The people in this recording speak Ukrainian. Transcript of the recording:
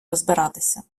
розбиратися